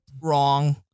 Wrong